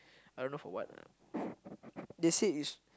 I don't know for what ah they say it's